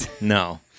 No